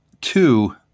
two